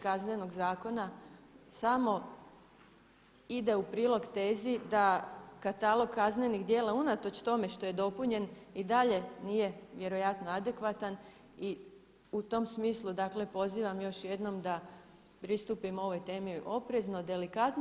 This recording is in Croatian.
Kaznenog zakona samo ide u prilog tezi da katalog kaznenih djela unatoč tome što je dopunjen i dalje nije vjerojatno adekvatan i u tom smislu dakle pozivam još jednom da pristupimo ovoj temi oprezno, delikatno.